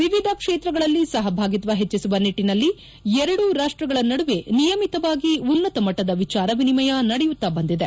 ವಿವಿಧ ಕ್ಷೇತ್ರಗಳಲ್ಲಿ ಸಹಭಾಗಿತ್ವ ಹೆಚ್ಚಿಸುವ ನಿಟ್ಟನಲ್ಲಿ ಎರಡೂ ರಾಷ್ಟಗಳ ನಡುವೆ ನಿಯಮಿತವಾಗಿ ಉನ್ನತಮಟ್ಟದ ವಿಚಾರ ವಿನಿಮಯ ನಡೆಯುತ್ತಾ ಬಂದಿದೆ